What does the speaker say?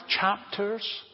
chapters